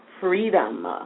freedom